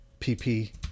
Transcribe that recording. PP